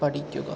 പഠിക്കുക